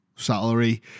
salary